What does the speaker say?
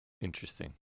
Interesting